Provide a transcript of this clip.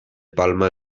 palma